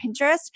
pinterest